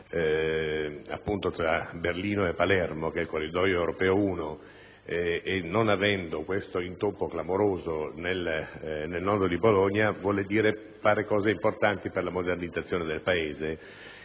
corridoio tra Berlino e Palermo (il Corridoio europeo 1) eliminando questo intoppo clamoroso nel nodo di Bologna vuol dire fare cose importanti per la modernizzazione del Paese;